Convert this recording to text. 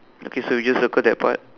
okay so we just circle that part